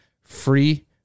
free